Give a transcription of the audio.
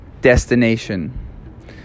destination